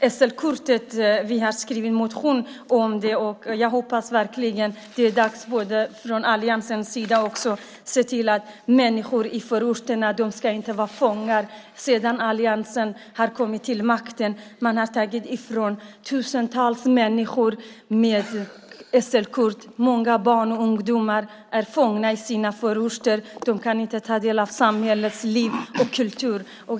Jag har också skrivit en motion om SL-kortet, och det är verkligen dags att man från alliansens sida ser till att människor i förorterna inte är fångar. Sedan alliansen kom till makten har man tagit ifrån tusentals människor SL-kort. Många barn och ungdomar är fångar i sina förorter. De kan inte ta del av samhällets liv och kultur.